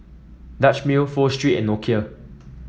Dutch Mill Pho Street and Nokia